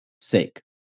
sake